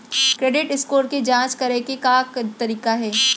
Credit score के जाँच करे के का तरीका हे?